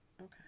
Okay